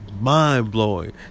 mind-blowing